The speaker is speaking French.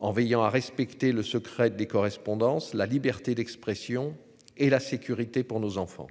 en veillant à respecter le secret des correspondances. La liberté d'expression et la sécurité pour nos enfants.